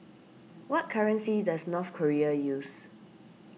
what currency does North Korea use